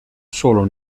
solo